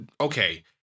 okay